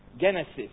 genesis